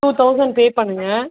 two thousand pay பண்ணுங்கள்